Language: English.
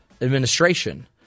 administration